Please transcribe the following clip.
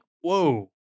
whoa